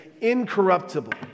incorruptible